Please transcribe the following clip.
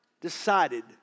decided